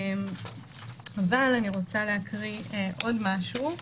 אבל אני רוצה להקריא עוד משהו.